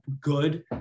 good